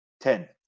Ten